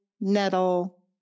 nettle